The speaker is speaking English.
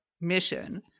mission